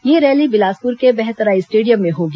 यह रैली बिलासपुर के बहतराई स्टेडियम में होगी